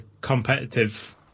competitive